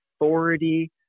authority